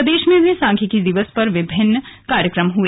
प्रदेश में भी सांख्यिकी दिवस पर विभिन्न कार्यक्रम हुए